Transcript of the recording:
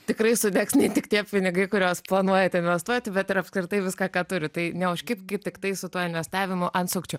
tikrai sudegs ne tik tie pinigai kuriuos planuojate investuoti bet ir apskritai viską ką turi tai neužkibkit tiktai su tuo investavimu ant sukčių